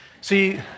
See